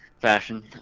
fashion